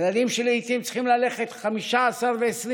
ילדים שלעיתים צריכים ללכת 15 ו-20